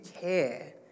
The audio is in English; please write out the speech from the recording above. care